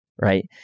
right